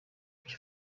byo